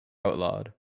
outlawed